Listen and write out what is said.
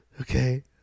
Okay